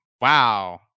Wow